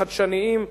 חדשניים.